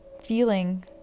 feeling